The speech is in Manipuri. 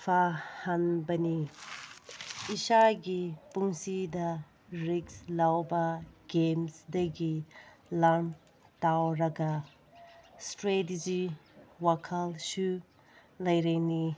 ꯐꯍꯟꯕꯅꯤ ꯏꯁꯥꯒꯤ ꯄꯨꯟꯁꯤꯗ ꯔꯤꯛꯁ ꯂꯧꯕ ꯒꯦꯝꯁꯇꯒꯤ ꯂꯔꯟ ꯇꯧꯔꯒ ꯏꯁꯇ꯭ꯔꯦꯇꯤꯖꯤ ꯋꯥꯈꯜꯁꯨ ꯂꯩꯔꯅꯤ